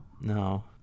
No